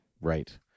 Right